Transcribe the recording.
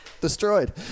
destroyed